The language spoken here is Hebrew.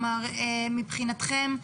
מבחינתכם,